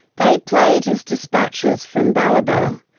they played his dispatches from balibo,